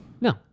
No